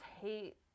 hate